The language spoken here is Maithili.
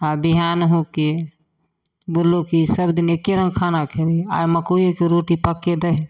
आ बिहान होके बोललहुॅं कि सब दिन एके रङ्ग खाना खेबही आइ मकोइये के रोटी पका दही